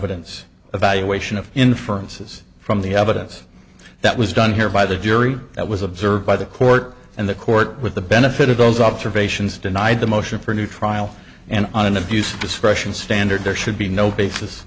e evaluation of inferences from the evidence that was done here by the jury that was observed by the court and the court with the benefit of those observations denied the motion for a new trial and an abuse of discretion standard there should be no basis